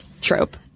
trope